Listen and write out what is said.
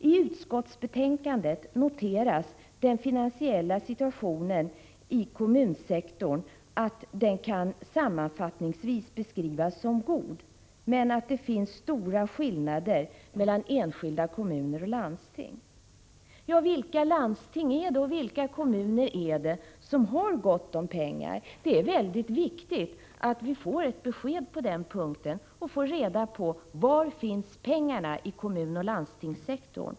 I utskottsbetänkandet noteras att den finansiella situationen i kommunsektorn sammanfattningsvis kan beskrivas som god men att det finns stora skillnader mellan enskilda kommuner och landsting. Vilka landsting och vilka kommuner är det som har gott om pengar? Det är väldigt viktigt att vi får ett besked på den punkten. Var finns pengarna i kommunoch landstingssektorn?